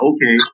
Okay